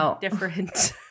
different